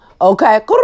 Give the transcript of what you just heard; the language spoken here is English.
Okay